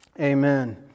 amen